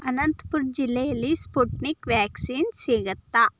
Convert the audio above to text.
ಅನಂತಪುರ್ ಜಿಲ್ಲೆಯಲ್ಲಿ Sputnik vaccine ಸಿಗುತ್ತಾ